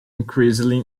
increasingly